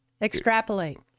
Extrapolate